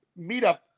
meetup